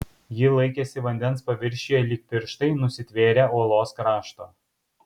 ji laikėsi vandens paviršiuje lyg pirštai nusitvėrę uolos krašto